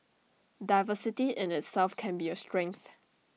diversity in itself can be A strength